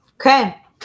Okay